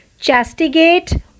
chastigate